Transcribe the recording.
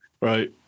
Right